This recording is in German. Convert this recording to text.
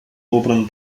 oberen